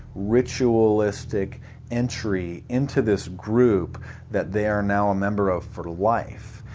ritualistic. entry into this group that they are now a member of for life.